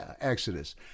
Exodus